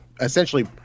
essentially